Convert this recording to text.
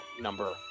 number